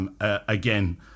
again